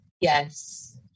Yes